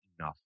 enough